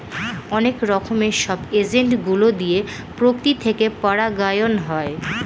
অনেক রকমের সব এজেন্ট গুলো দিয়ে প্রকৃতি থেকে পরাগায়ন হয়